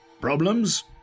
Problems